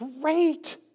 great